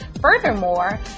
Furthermore